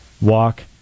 walk